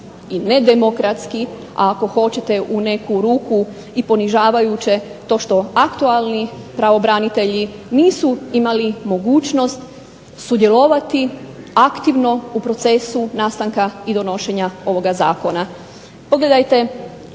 i nedemokratski, a ako hoćete u neku ruku i ponižavajuće to što aktualni pravobranitelji nisu imali mogućnost sudjelovati aktivno u procesu nastanka i donošenja ovoga zakona. Pogledajte